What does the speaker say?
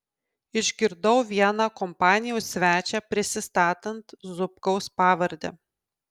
išgirdau vieną kompanijos svečią prisistatant zubkaus pavarde